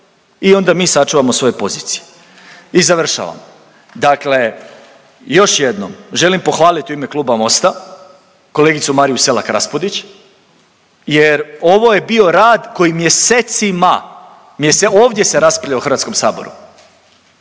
i onda mi sačuvamo svoje pozicije i završavamo. Dakle još jednom, želim pohvaliti u ime Kluba Mosta kolegicu Mariju Selak Raspudić jer ovo je bio rad koji mjesecima, .../nerazumljivo/...